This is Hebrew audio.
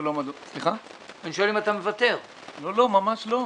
לא, ממש לא.